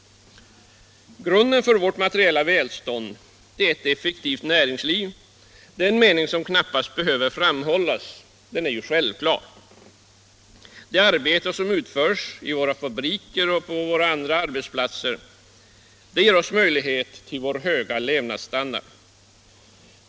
Grunden för vårt materiella välstånd är ett effektivt näringsliv, det är en mening som knappast behöver framhållas, den är ju självklar. Det arbete som utförs i våra fabriker och på våra andra arbetsplatser ger oss utrymme för vår höga levnadsstandard.